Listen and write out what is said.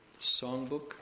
songbook